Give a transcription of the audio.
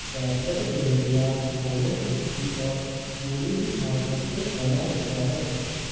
catgut भेड़ या घोड़ों की सूखी और मुड़ी हुई आंतों से बना होता है